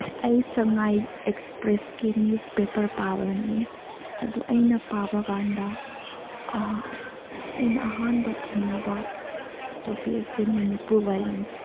ꯑꯩ ꯁꯉꯥꯏ ꯑꯦꯛꯁꯄ꯭ꯔꯦꯁꯀꯤ ꯅ꯭ꯌꯨꯁ ꯄꯦꯄꯔ ꯄꯥꯕꯅꯤ ꯑꯗꯨ ꯑꯩꯅ ꯄꯥꯕꯀꯥꯟꯗ ꯑꯩꯅ ꯑꯍꯥꯟꯕ ꯊꯦꯡꯅꯕ ꯇꯣꯄꯤꯛ ꯑꯁꯤ ꯃꯅꯤꯄꯨꯔ ꯚꯥꯏꯑꯣꯂꯦꯟꯁ